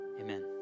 Amen